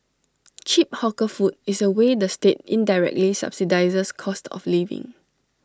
cheap hawker food is A way the state indirectly subsidises cost of living